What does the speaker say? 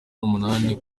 n’umunani